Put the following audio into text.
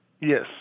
Yes